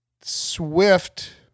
Swift